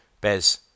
Bez